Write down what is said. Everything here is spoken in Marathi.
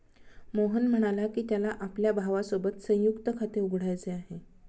मोहन म्हणाला की, त्याला आपल्या भावासोबत संयुक्त खाते उघडायचे आहे